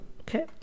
Okay